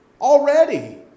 already